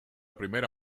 primera